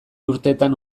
urtetan